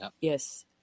Yes